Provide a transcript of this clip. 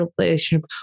relationship